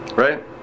Right